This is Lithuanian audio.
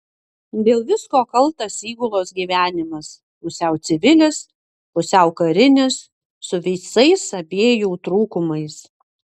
dėl visko kaltas įgulos gyvenimas pusiau civilis pusiau karinis su visais abiejų trūkumais